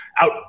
out